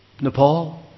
Nepal